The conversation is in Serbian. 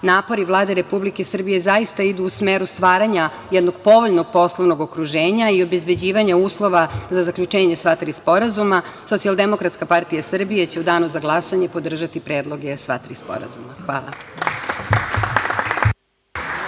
napori Vlade Republike Srbije zaista idu u smeru stvaranja jednog povoljnog poslovnog okruženja i obezbeđivanja uslova za zaključenje sva tri sporazum, SDPS će u danu za glasanje podržati predloge sva tri sporazuma. Hvala.